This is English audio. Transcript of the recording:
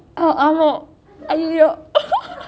ஆமா:amma !aiyo!